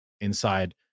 inside